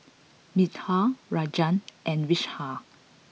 Medha Rajan and Vishal